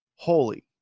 Holy